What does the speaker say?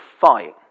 fight